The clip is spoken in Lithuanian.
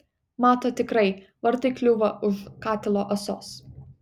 mato tikrai vartai kliūva už katilo ąsos